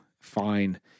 fine